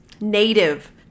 native